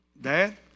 Dad